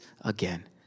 again